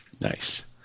Nice